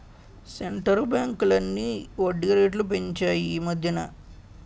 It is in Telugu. సెంటరు బ్యాంకులన్నీ వడ్డీ రేట్లు పెంచాయి ఈమధ్యన